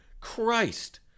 Christ